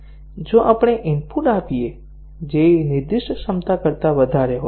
જો આપણે ઇનપુટ આપીએ જે નિર્દિષ્ટ ક્ષમતા કરતા વધારે હોય